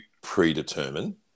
predetermine